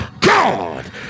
God